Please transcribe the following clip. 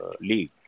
league